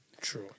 true